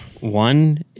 One